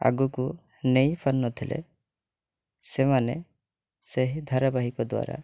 ଆଗକୁ ନେଇ ପାରୁନଥିଲେ ସେମାନେ ସେହି ଧାରାବାହିକ ଦ୍ୱାରା